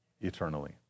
eternally